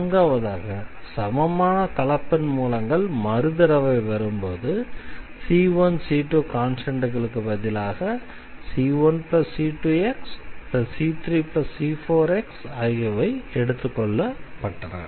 நான்காவதாக சமமான கலப்பெண் மூலங்கள் மறு தடவை வரும்போது c1 c2 கான்ஸ்டண்ட்களுக்கு பதிலாக c1c2x c3c4x ஆகியவை எடுத்துக்கொள்ளப்பட்டன